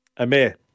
Amir